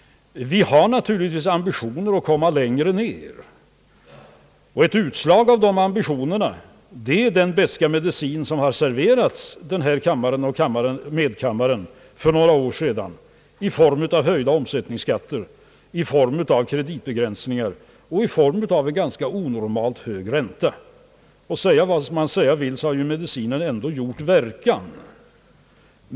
Vi har naturligtvis ambitioner att komma längre ned. Ett utslag av de ambitionerna är den beska medicin som har serverats denna kammare och medkammaren för några år sedan i form av höjda omsättningsskatter, kreditbegränsningar och en ganska onormalt hög ränta. Säga vad man vill så har ju medicinen ändå gjort verkan.